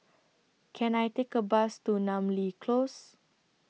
Can I Take A Bus to Namly Close